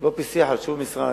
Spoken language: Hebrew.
לא פסח על שום משרד.